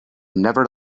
never